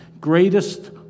greatest